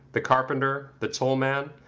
the carpenter, the toll-man,